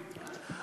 /